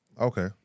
Okay